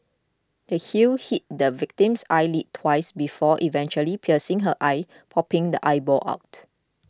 the heel hit the victim's eyelid twice before eventually piercing her eye popping the eyeball out